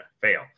fail